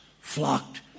flocked